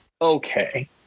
okay